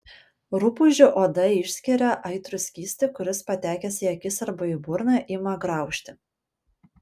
rupūžių oda išskiria aitrų skystį kuris patekęs į akis arba į burną ima graužti